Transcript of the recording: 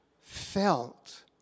felt